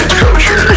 culture